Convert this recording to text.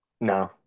No